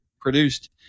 produced